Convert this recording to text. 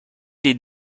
des